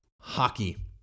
hockey